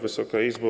Wysoka Izbo!